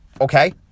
Okay